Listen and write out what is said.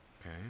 okay